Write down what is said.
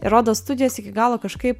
ir rodos studijos iki galo kažkaip